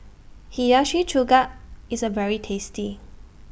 Hiyashi Chuka IS A very tasty